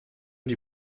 die